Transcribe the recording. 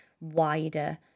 wider